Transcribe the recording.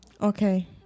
Okay